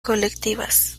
colectivas